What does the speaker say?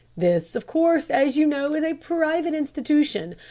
this, of course, as you know, is a private institution.